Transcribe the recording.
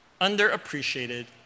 underappreciated